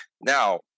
Now